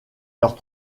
leurs